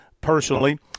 personally